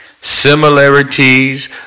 Similarities